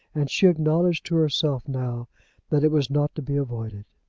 and she acknowledged to herself now that it was not to be avoided.